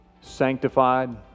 sanctified